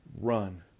Run